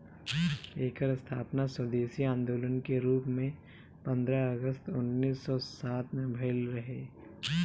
एकर स्थापना स्वदेशी आन्दोलन के रूप में पन्द्रह अगस्त उन्नीस सौ सात में भइल रहे